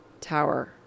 tower